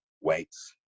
weights